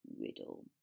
Riddle